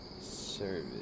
service